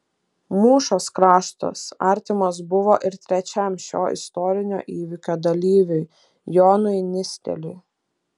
mūšos kraštas artimas buvo ir trečiam šio istorinio įvykio dalyviui jonui nisteliui